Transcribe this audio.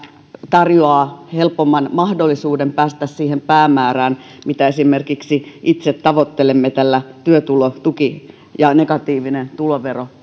tarjoaa helpomman mahdollisuuden päästä siihen päämäärään mitä esimerkiksi itse tavoittelemme tällä työtulotuki ja negatiivinen tulovero